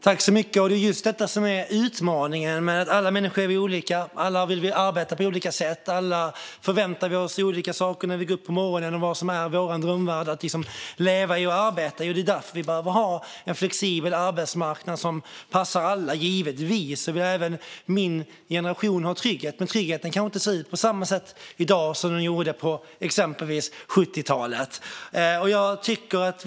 Herr talman! Det är just detta som är utmaningen. Alla människor är olika. Alla vill vi arbeta på olika sätt. Alla förväntar vi oss olika saker när vi går upp på morgonen, och vi har olika idéer om vad som är vår drömvärld att leva och arbeta i. Det är därför vi behöver ha en flexibel arbetsmarknad som passar alla. Även min generation vill ha en trygghet, men tryggheten ser kanske inte ut på samma sätt som den gjorde på exempelvis 1970-talet.